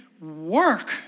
Work